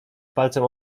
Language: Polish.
palcem